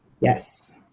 Yes